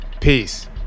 peace